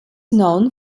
known